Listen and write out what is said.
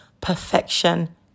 perfection